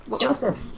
Joseph